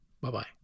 Bye-bye